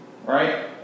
right